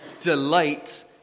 delight